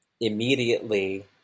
immediately